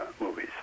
movies